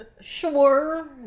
Sure